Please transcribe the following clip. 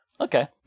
okay